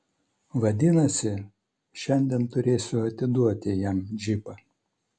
vadinasi šiandien turėsiu atiduoti jam džipą